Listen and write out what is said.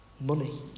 money